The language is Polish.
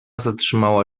zatrzymała